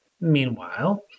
Meanwhile